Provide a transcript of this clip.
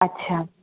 अच्छा